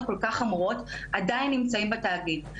כל כך חמורות עדיין נמצאים בתאגיד.